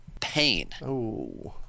pain